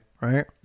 right